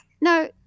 No